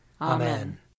Amen